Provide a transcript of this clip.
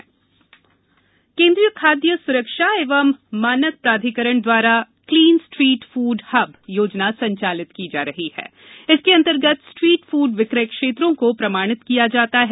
street food योजना केन्द्रीय खाद्य सुरक्षा एवं मानक प्राधिकरण द्वारा क्लीन स्ट्रीट फूड हब योजना संचालित की जा रही है जिसके अंतर्गत स्ट्रीट फूड विक्रय क्षेत्रों को प्रमाणित किया जाता है